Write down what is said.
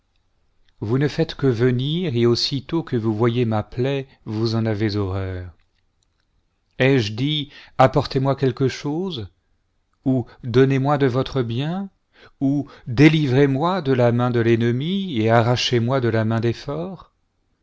vous ne faites que venir et aussitôt que vous voyez ma plaie vous en avez horreur ai-je dit apportez-moi quelque chose ou donnez-moi de votre bien ou délivrez-moi de la main de l'ennemi et arrachez-moi de la main des